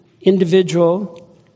individual